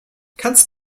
kannst